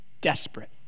desperate